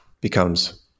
becomes